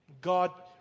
God